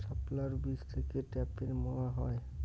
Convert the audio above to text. শাপলার বীজ থেকে ঢ্যাপের মোয়া হয়?